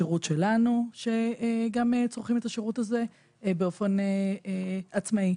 שזה שירות שלנו שגם אותו צורכים באופן עצמאי,